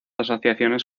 asociaciones